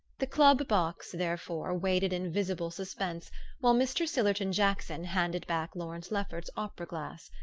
the club box, therefore, waited in visible suspense while mr. sillerton jackson handed back lawrence lefferts's opera-glass.